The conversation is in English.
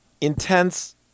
intense